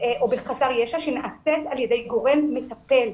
או בחסר ישע שנעשית על ידי גורם מטפל,